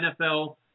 NFL